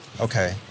Okay